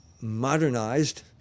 modernized